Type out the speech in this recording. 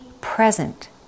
present